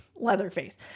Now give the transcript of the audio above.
Leatherface